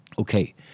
Okay